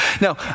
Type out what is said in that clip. No